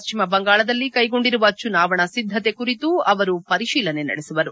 ಪಶ್ಲಿಮ ಬಂಗಾಳದಲ್ಲಿ ಕೈಗೊಂಡಿರುವ ಚುನಾವಣಾ ಸಿದ್ದತೆ ಕುರಿತು ಅವರು ಪರಿಶೀಲನೆ ನಡೆಸುವರು